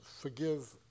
forgive